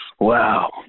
Wow